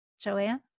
Joanne